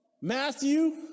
Matthew